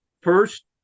First